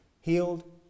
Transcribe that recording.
healed